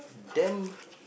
damn